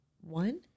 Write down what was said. one